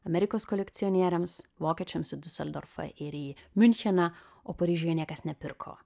amerikos kolekcionieriams vokiečiams į diuseldorfą ir į miuncheną o paryžiuje niekas nepirko